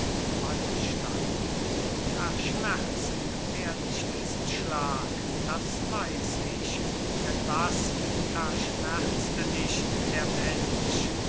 wallenstein verschmerzen werd ich diesen schlag das weiß ich denn was verschmerzte nicht der mensch